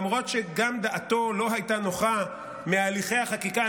למרות שגם דעתו לא הייתה נוחה מהליכי החקיקה.